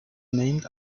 named